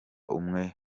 umwe